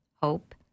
hope